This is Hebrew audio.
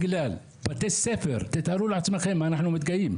בתי ספר, תתארו לעצמכם, אנחנו נתקעים.